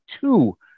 two